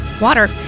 water